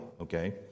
okay